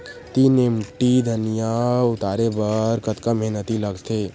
तीन एम.टी धनिया उतारे बर कतका मेहनती लागथे?